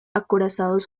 acorazados